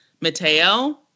Mateo